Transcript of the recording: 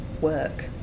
work